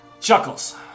chuckles